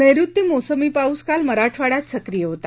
नैऋत्य मोसमी पाऊस काल मराठवाङ्यात सक्रिय होता